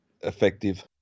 effective